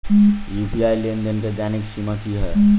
UPI लेनदेन केँ दैनिक सीमा की है?